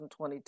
2022